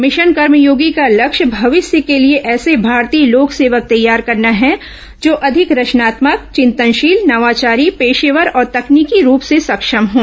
mission Karmayogi का लक्ष्य भविष्य के लिए ऐसे भारतीय लोक सेवक तैयार करना है जो अधिक रचनात्मक चितनशील नवाचारी पेशेवर और तकनीकी रूप से सक्षम हों